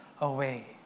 away